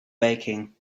baking